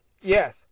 Yes